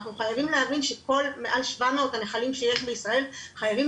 אנחנו חייבים להבין שכל מעל 700 הנחלים שיש בישראל חייבים